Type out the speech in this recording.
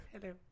Hello